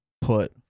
put